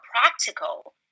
practical